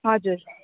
हजुर